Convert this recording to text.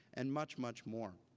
and much, much more.